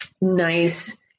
nice